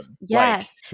Yes